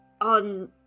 on